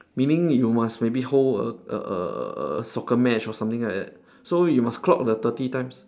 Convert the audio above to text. meaning you must maybe hold a a a a soccer match or something like that so you must clock the thirty times